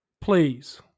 please